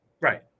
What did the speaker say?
Right